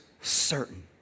certain